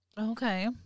Okay